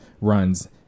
runs